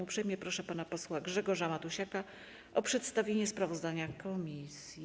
Uprzejmie proszę pana posła Grzegorza Matusiaka o przedstawienie sprawozdania komisji.